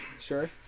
Sure